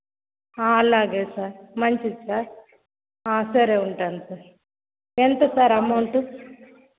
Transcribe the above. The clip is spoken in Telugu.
అలాగే సార్ మంచిది సర్ సరే ఉంటాను సార్ ఎంత సార్ అమౌంట్